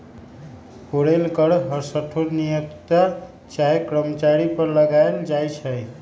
payroll कर हरसठ्ठो नियोक्ता चाहे कर्मचारी पर लगायल जाइ छइ